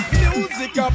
music